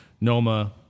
Noma